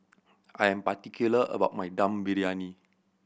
I am particular about my Dum Briyani